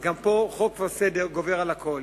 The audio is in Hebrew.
גם פה חוק וסדר גוברים על הכול.